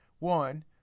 One